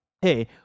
hey